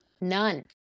None